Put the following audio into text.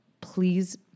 Please